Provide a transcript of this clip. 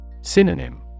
Synonym